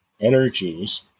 energies